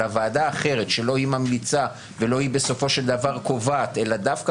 דווקא ועדה אחרת שלא היא ממליצה ולא היא בסופו של דבר קובעת אלא דווקא